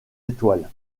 étoiles